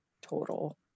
total